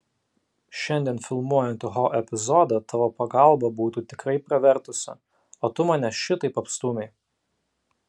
šiandien filmuojant ho epizodą tavo pagalba būtų tikrai pravertusi o tu mane šitaip apstūmei